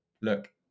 look